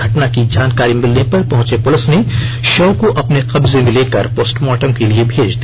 घटना की जानकारी मिलने पर पहुंची पुलिस ने शव को अपने कब्जे में लेकर पोस्टमार्टम के लिए भेज दिया